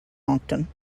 moncton